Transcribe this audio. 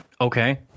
okay